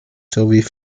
sowie